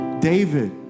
David